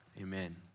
amen